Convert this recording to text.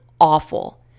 awful